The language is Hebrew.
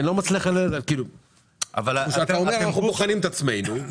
אנחנו בוחנים את עצמנו.